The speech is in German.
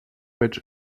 mit